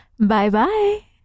Bye-bye